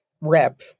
rep